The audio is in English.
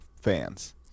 fans